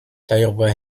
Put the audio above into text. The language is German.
darüber